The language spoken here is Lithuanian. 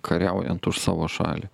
kariaujant už savo šalį